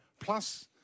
Plus